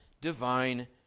divine